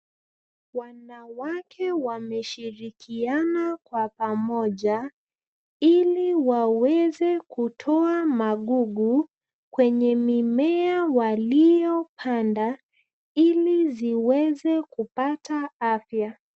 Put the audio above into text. Wanawake wameshirikiana kwa pamoja, ili waweze kutoa magugu, kwenye mimea waliopanda, ili ziweze kupata afya.